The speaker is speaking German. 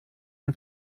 ein